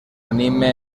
anime